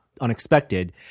unexpected